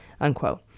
unquote